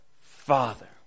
Father